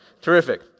Terrific